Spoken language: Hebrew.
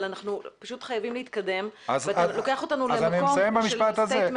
אבל אנחנו חייבים להתקדם ואתה לוקח אותנו למקום אחר.